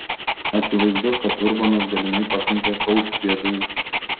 akivaizdu kad urbonas galimai pakenkė kaušpėdui